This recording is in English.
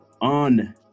on